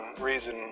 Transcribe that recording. reason